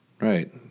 Right